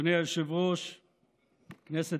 עובדי הכנסת